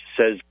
says